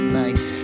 night